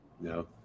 No